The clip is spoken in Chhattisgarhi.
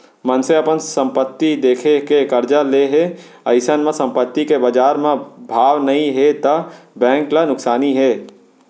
मनसे अपन संपत्ति देखा के करजा ले हे अइसन म संपत्ति के बजार म भाव नइ हे त बेंक ल नुकसानी हे